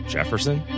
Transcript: Jefferson